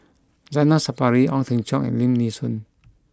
Zainal Sapari Ong Teng Cheong and Lim Nee Soon